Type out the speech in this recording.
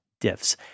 diffs